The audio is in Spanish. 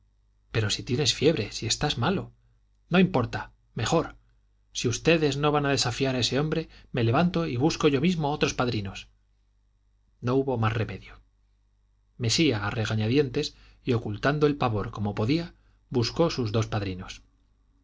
pero si tienes fiebre si estás malo no importa mejor si ustedes no van a desafiar a ese hombre me levanto y busco yo mismo otros padrinos no hubo más remedio mesía a regañadientes y ocultando el pavor como podía buscó sus dos padrinos